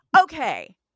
Okay